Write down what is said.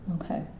Okay